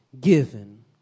given